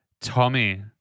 Tommy